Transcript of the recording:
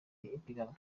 ipiganwa